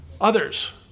Others